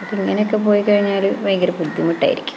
അപ്പോള് ഇങ്ങനൊക്കെ പോയിക്കഴിഞ്ഞാല് ഭയങ്കര ബുദ്ധിമുട്ടായിരിക്കും